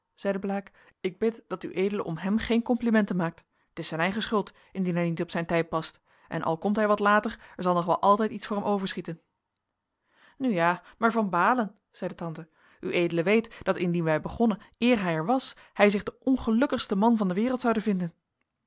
ik bid dat ued om hem geen complimenten maakt t is zijn eigen schuld indien hij niet op zijn tijd past en al komt hij wat later er zal nog wel altijd iets voor hem overschieten nu ja maar van baalen zeide tante ued weet dat indien wij begonnen eer hij er was hij zich den ongelukkigsten man van de wereld zoude vinden